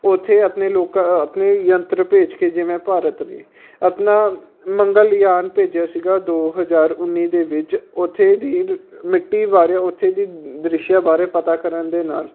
ਉੱਥੇ ਆਪਣੇ ਲੋਕਾਂ ਆਪਣੇ ਯੰਤਰ ਭੇਜ ਕੇ ਜਿਵੇਂ ਭਾਰਤ ਵੀ ਆਪਣਾ ਮੰਗਲਯਾਨ ਭੇਜਿਆ ਸੀਗਾ ਦੋ ਹਜ਼ਾਰ ਉੱਨੀ ਦੇ ਵਿੱਚ ਉੱਥੇ ਦੀ ਰ ਮਿੱਟੀ ਬਾਰੇ ਉੱਥੇ ਦੀ ਦ੍ਰਿਸ਼ ਬਾਰੇ ਪਤਾ ਕਰਨ ਦੇ ਨਾਲ